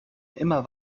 immer